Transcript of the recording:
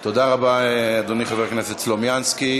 תודה רבה, אדוני, חבר הכנסת סלומינסקי.